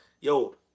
yo